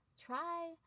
try